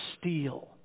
steal